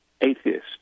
atheist